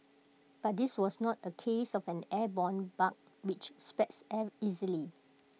but this was not A case of an airborne bug which spreads air easily